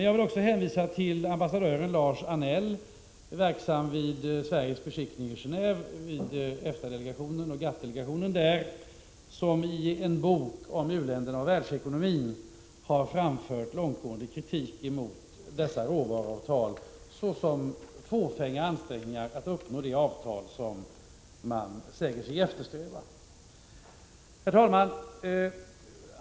Jag vill också hänvisa till ambassadören Lars Anell, verksam vid Sveriges beskickning i Gendve vid EFTA och GATT-delegationerna, som i en bok om u-länderna och världsekonomin har framfört långtgående kritik mot dessa råvaruavtal såsom fåfänga ansträngningar att nå det som man säger sig eftersträva. Herr talman!